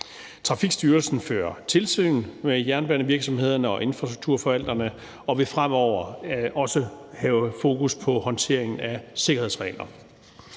Trafikstyrelsen fører tilsyn med jernbanevirksomhederne og infrastrukturforvalterne og vil fremover også have fokus på håndteringen af sikkerhedsregler.